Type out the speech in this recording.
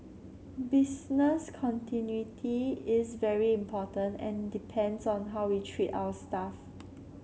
business continuity is very important and depends on how we treat our staff